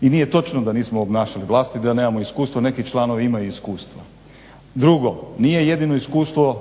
i nije točno da nismo obnašali vlast i da nemamo iskustva. Neki članovi imaju iskustva. Drugo, nije jedino iskustva